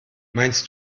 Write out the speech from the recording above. meinst